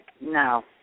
No